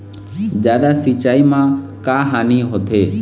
जादा सिचाई म का हानी होथे?